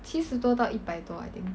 七十多到一百多 I think